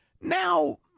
Now